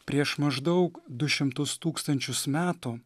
prieš maždaug du šimtus tūkstančius metų